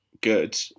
good